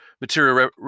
material